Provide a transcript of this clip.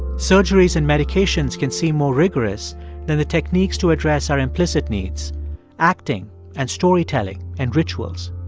surgeries and medications can seem more rigorous than the techniques to address our implicit needs acting and storytelling and rituals.